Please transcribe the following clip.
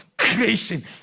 creation